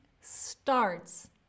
starts